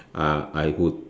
uh I would